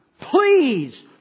Please